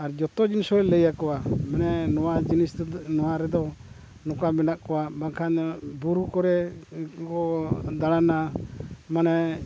ᱟᱨ ᱡᱚᱛᱚ ᱡᱤᱱᱤᱥ ᱦᱚᱸᱭ ᱞᱟᱹᱭᱟᱠᱚᱣᱟ ᱢᱟᱱᱮ ᱱᱚᱣᱟ ᱡᱤᱱᱤᱥ ᱛᱮᱫᱚ ᱱᱚᱣᱟ ᱨᱮᱫᱚ ᱱᱚᱝᱠᱟ ᱢᱮᱱᱟᱜ ᱠᱚᱣᱟ ᱵᱟᱝᱠᱷᱟᱱ ᱵᱩᱨᱩ ᱠᱚᱨᱮ ᱠᱚ ᱫᱟᱬᱟᱱᱟ ᱢᱟᱱᱮ